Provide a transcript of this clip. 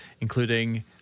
including